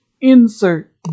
Insert